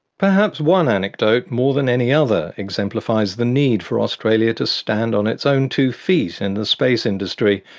perhaps one anecdote more than any other exemplifies the need for australia to stand on its own two feet in the space industry.